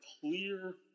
clear